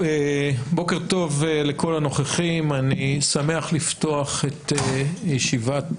בוקר טוב לכל הנוכחים, אני שמח לפתוח את ישיבת